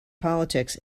politics